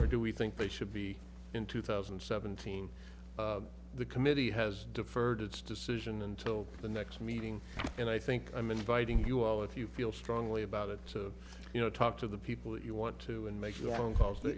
or do we think they should be in two thousand and seventeen the committee has deferred its decision until the next meeting and i think i'm inviting you all if you feel strongly about it you know talk to the people that you want to and make your own ca